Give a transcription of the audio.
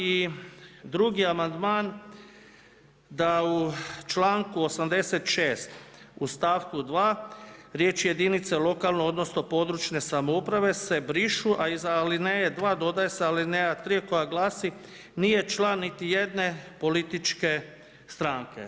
I drugi amandman da u članku 86. u stavku 2. riječi „jedinica lokalne odnosno područne samouprave“ se brišu, a iz alineje 2. dodaje se alineja 3. koja glasi: „Nije član niti jedne političke stranke“